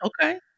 okay